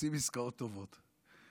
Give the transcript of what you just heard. עושים עסקאות טובות,